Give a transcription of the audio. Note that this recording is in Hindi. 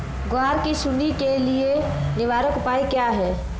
ग्वार की सुंडी के लिए निवारक उपाय क्या है?